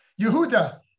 Yehuda